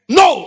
no